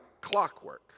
clockwork